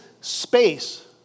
space